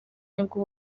nibwo